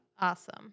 awesome